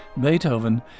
Beethoven